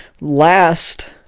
Last